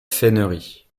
fènerie